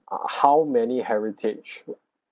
uh how many heritage